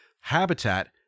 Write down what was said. habitat